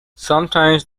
sometimes